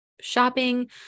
shopping